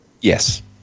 yes